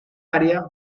área